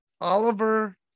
Oliver